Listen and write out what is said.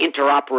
interoperability